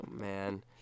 man